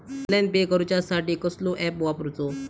Online pay करूचा साठी कसलो ऍप वापरूचो?